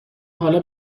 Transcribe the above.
حالا